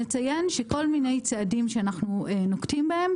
נציין שכל מיני צעדים שאנחנו נוקטים בהם,